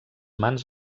mans